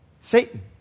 Satan